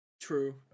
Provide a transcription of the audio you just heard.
True